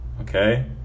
okay